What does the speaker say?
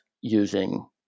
using